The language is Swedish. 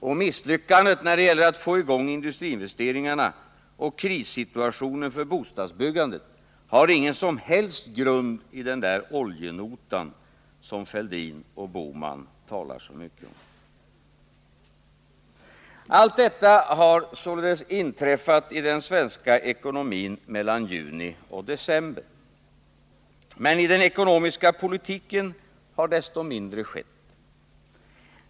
Och misslyckandet när det gäller att få i gång industriinvesteringarna och krisstituationen för bostadsbyggandet har ingen som helst grund i den där oljenotan, som herrar Fälldin och Bohman talar så mycket om. Allt detta har således inträffat i den svenska ekonomin mellan juni och december. Men i den ekonomiska politiken har desto mindre skett.